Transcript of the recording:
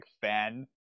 fan